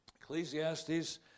Ecclesiastes